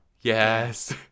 Yes